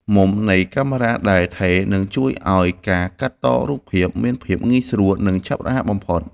មុំនៃកាមេរ៉ាដែលថេរនឹងជួយឱ្យការកាត់តរូបភាពមានភាពងាយស្រួល និង ឆាប់រហ័សបំផុត។